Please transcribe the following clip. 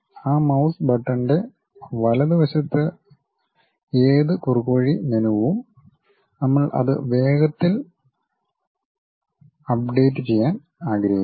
ആ മൌസ് ബട്ടണിന്റെ വലതുവശത്ത് ഏത് കുറുക്കുവഴി മെനുവും നമ്മൾ അത് വേഗത്തിൽ അപ്ഡേറ്റ് ചെയ്യാൻ ആഗ്രഹിക്കുന്നു